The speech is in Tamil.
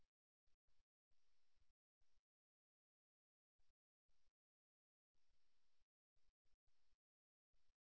மக்கள் விரும்பும் நபர்களுடன் உரையாடும்போது அவர்கள் மற்றவரின் உடல்மொழியைப் பிரதிபலிப்பார்கள் அல்லது நகலெடுப்பார்கள்